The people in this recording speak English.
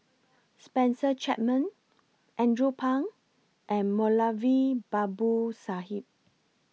Spencer Chapman Andrew Phang and Moulavi Babu Sahib